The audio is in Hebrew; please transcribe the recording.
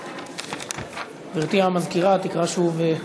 גברתי המזכירה תקרא שוב.